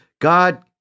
God